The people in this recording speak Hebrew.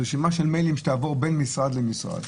אם תהיה רשימה של מיילים שתעבור ממשרד למשרד